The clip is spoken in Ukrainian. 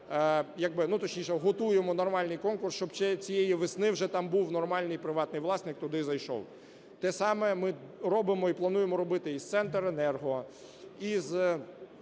точніше готуємо нормальний конкурс, щоб цієї весни вже там був нормальний приватний власник, туди зайшов. Те саме ми робимо і плануємо робити і з "Центренерго", і